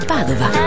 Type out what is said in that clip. Padova